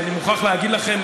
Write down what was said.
אני מוכרח להגיד לכם,